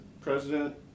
president